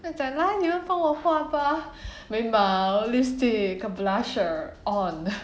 so is like 来你们帮我画吧眉毛 lipstick 跟 blusher on